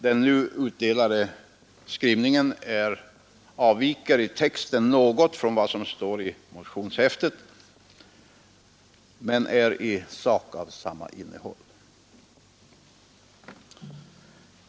Den nu utdelade skrivningen avvik något från vad som står i motionen men är i sak av samma innehåll.